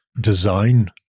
design